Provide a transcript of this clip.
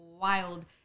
wild